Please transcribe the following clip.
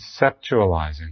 conceptualizing